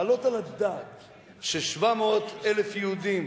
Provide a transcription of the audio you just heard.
להעלות על הדעת ש-700,000 יהודים,